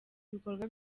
ibikorwa